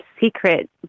secret